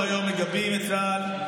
אנחנו היום מגבים את צה"ל,